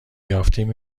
یافتیم